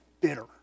bitter